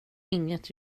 inget